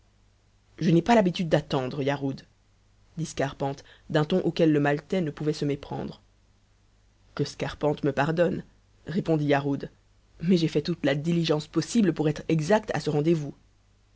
je n'ai pas l'habitude d'attendre yarhud dit scarpante d'un ton auquel le maltais ne pouvait se méprendre que scarpante me pardonne répondit yarhud mais j'ai fait toute la diligence possible pour être exact à ce rendez-vous